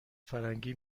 فرنگی